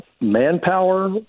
manpower